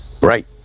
Right